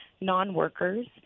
Non-workers